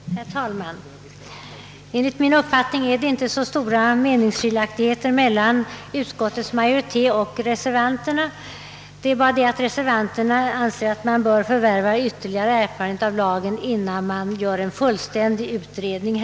Herr talman! Enligt min uppfattning råder det inte så stora meningsskiljaktigheter mellan utskottets majoritet och reservanterna — det är bara det att reservanterna anser att man bör förvärva ytterligare erfarenhet av lagen innan det görs en fullständig utredning.